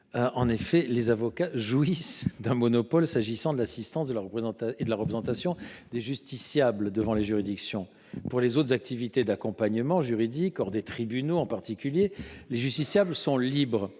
En effet, les avocats jouissent d’un monopole s’agissant de l’assistance et de la représentation des justiciables devant les juridictions. Pour les autres activités d’accompagnement juridique, hors des tribunaux, les justiciables sont libres